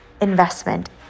investment